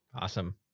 Awesome